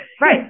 Right